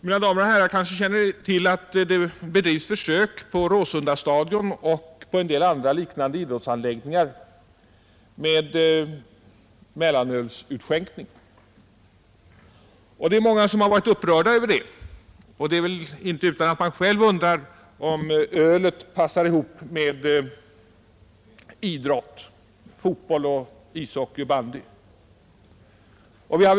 Mina damer och herrar! Kanske känner ni till att det på Råsundastadion och vid en del andra idrottsanläggningar bedrivs försök med mellanölsutskänkning. Det är många som har varit upprörda över det, och det är väl inte utan att man själv undrar om ölet passar ihop med idrott — fotboll, ishockey, bandy osv.